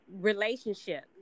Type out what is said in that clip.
relationship